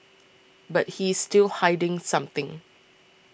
but he's still hiding something